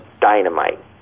dynamite